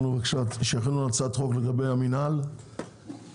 שיכינו לנו הצעת חוק לגבי המינהל שקשורה